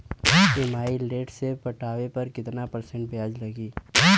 EMI late से पटावे पर कितना परसेंट ब्याज लगी?